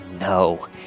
no